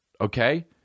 okay